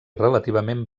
relativament